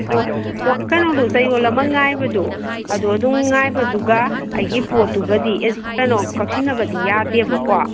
ꯑꯣ ꯍꯣꯜ ꯀꯩꯅꯣꯗꯣ ꯆꯌꯣꯜ ꯑꯃ ꯉꯥꯏꯕꯗꯣ ꯑꯗꯣ ꯑꯗꯨꯝ ꯉꯥꯏꯕꯗꯨꯒ ꯑꯩꯒꯤ ꯄꯣꯠꯇꯨꯒꯗꯤ ꯑꯗꯨꯝ ꯀꯛꯁꯤꯟꯅꯕꯗ ꯌꯥꯗꯦꯕꯀꯣ